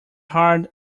hard